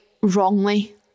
wrongly